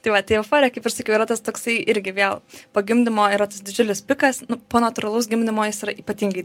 tai va tai euforija kaip ir sakiau yra tas toksai irgi vėl po gimdymo yra didžiulis pikas po natūralaus gimdymo jis yra ypatingai